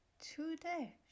today